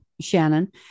Shannon